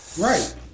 Right